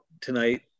tonight